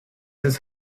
his